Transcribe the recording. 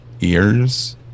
ears